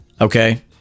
Okay